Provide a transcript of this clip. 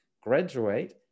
graduate